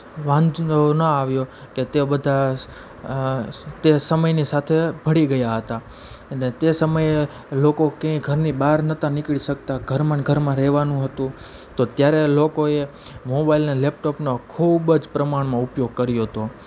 વાંધો ના આવ્યો કે તે બધા તે સમયની સાથે ભળી ગયા હતા અને તે સમયે લોકો ક્યાંય ઘરની બાર નહોતા નીકળી શકતા ઘરમાં અન ઘરમાં રહેવાનું હતું તો ત્યારે લોકોએ મોબાઈલને લેપટોપનો ખૂબ જ પ્રમાણમાં ઉપયોગ કર્યો તો